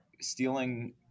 stealing